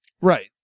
Right